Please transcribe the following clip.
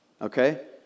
okay